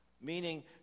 meaning